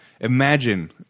imagine